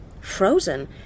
Frozen